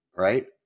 Right